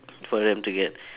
for them to get